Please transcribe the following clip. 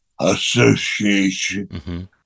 Association